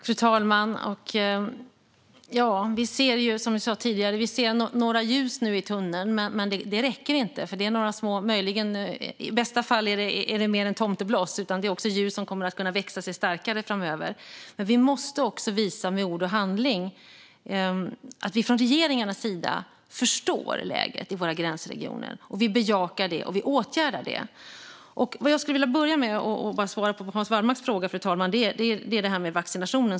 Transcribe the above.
Fru talman! Vi ser lite ljus i tunneln. I bästa fall är det inte bara ett tomtebloss utan ett ljus som kommer att växa sig starkare framöver. Men regeringarna måste också visa med ord och handling att vi förstår läget i våra gränsregioner, bekräftar det och åtgärdar det. Så till Hans Wallmarks fråga. Tidigare nämnde jag vaccinationen.